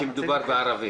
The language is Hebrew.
כשמדובר בערבים.